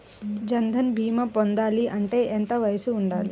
జన్ధన్ భీమా పొందాలి అంటే ఎంత వయసు ఉండాలి?